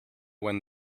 when